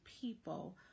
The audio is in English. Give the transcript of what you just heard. people